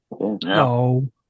No